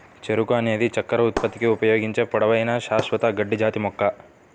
చెరకు అనేది చక్కెర ఉత్పత్తికి ఉపయోగించే పొడవైన, శాశ్వత గడ్డి జాతి మొక్క